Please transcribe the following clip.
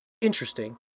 interesting